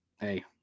hey